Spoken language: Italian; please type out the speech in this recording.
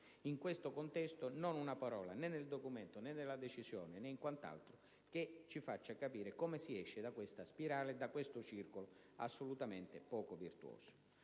In questo contesto, non una parola, né nella Decisione di finanza pubblica, né in quant'altro che ci faccia capire come si esce da questa spirale e da questo circolo assolutamente poco virtuoso.